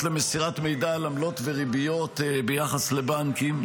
למסירת מידע על עמלות וריביות ביחס לבנקים,